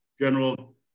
general